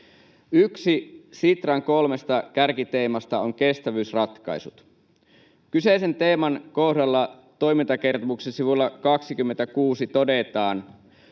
Yksi Sitran kolmesta kärkiteemasta on kestävyysratkaisut. Kyseisen teeman kohdalla toimintakertomuksen sivulla 25 todetaan: